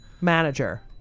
manager